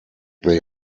they